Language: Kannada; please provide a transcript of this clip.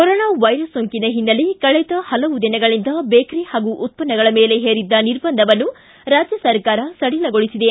ಕೊರೊನಾ ವೈರಸ್ ಸೋಂಕಿನ ಹಿನ್ನೆಲೆ ಕಳೆದ ಹಲವು ದಿನಗಳಿಂದ ಬೇಕರಿ ಹಾಗೂ ಉತ್ತನಗಳ ಮೇಲೆ ಹೇರಿದ್ದ ನಿರ್ಬಂಧವನ್ನು ರಾಜ್ಯ ಸರ್ಕಾರ ಸಡಿಲಗೊಳಿಸಿದೆ